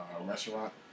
restaurant